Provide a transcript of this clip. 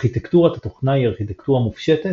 ארכיטקטורת התוכנה היא ארכיטקטורה מופשטת,